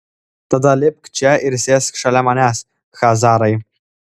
tada lipk čia ir sėsk šalia manęs chazarai